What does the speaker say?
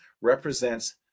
represents